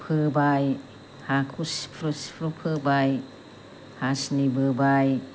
फोबाय हाखौ सिफ्रु सिफ्रु फोबाय हासिनि बोबाय